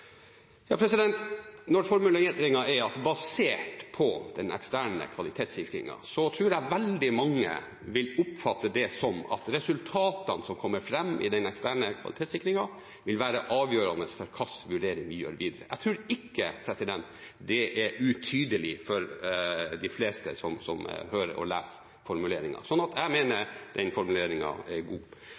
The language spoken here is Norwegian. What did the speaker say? Når formuleringen er «basert på den eksterne kvalitetssikringen», tror jeg veldig mange vil oppfatte det som at resultatene som kommer fram i den eksterne kvalitetssikringen, vil være avgjørende for hvilken vurdering vi gjør videre. Jeg tror ikke det er utydelig for de fleste som hører og leser formuleringen. Jeg mener at den formuleringen er god.